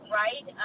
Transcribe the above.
right